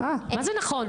מה זה נכון?